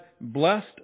blessed